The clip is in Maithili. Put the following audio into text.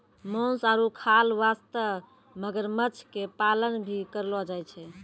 मांस आरो खाल वास्तॅ मगरमच्छ के पालन भी करलो जाय छै